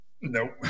Nope